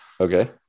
Okay